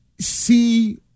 see –